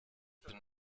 bin